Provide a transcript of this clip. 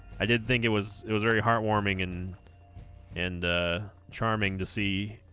i did think it was it was very heartwarming and and charming to see